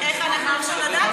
איך אנחנו יכולים לדעת את זה?